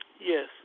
Yes